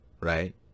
right